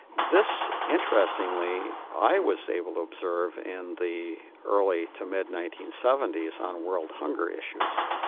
this, interestingly, i was able to observe in the early to mid nineteen seventy s on world hunger issues.